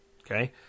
Okay